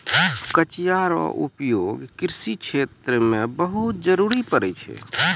कचिया रो उपयोग कृषि क्षेत्र मे बहुत जरुरी पड़ै छै